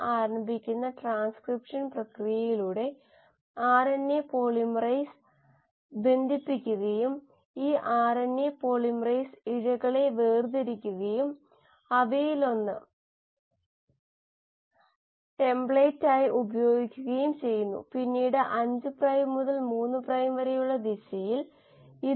ജൈവത്തെ ഉചിതമായി പരിഷ്ക്കരിക്കാനും യഥാർത്ഥത്തിൽ വിളവിന്റെ മൂന്നിരട്ടി വർദ്ധനവ് നേടാനുമുള്ള നിർദ്ദേശങ്ങൾ ഇത് നൽകുന്നത് എങ്ങനെയെന്ന് നാം കണ്ടു വള്ളിനോയും സ്റ്റെഫനോപോ ലോസും എഴുതിയ പ്രബന്ധമാണിത്